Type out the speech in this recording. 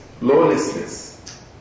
lawlessness